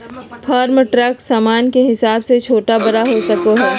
farm truck सामान के हिसाब से छोटा बड़ा हो सको हय